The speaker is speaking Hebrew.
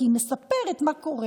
כי היא מספרת מה קורה.